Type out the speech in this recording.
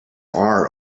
are